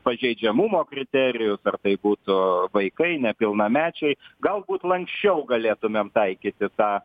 pažeidžiamumo kriterijų tai būtų vaikai nepilnamečiai galbūt lanksčiau galėtumėm taikyti tą